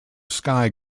sky